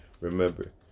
Remember